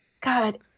God